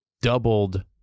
doubled